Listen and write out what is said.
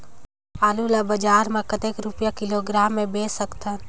आलू ला बजार मां कतेक रुपिया किलोग्राम म बेच सकथन?